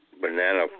banana